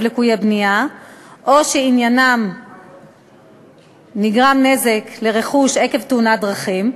ליקויי בנייה או נזק שנגרם לרכוש עקב תאונת דרכים,